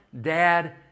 dad